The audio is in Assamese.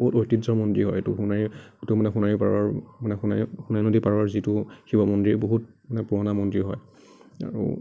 বহুত ঐতিৰ্য্য মন্দিৰ হয় এইটো সোণাৰী এইটো মানে সোণাৰী পাৰৰ মানে সোণাৰী সোণাৰী নদীৰ পাৰৰ যিটো শিৱ মন্দিৰ বহুত মানে পুৰণা মন্দিৰ হয় আৰু